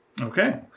Okay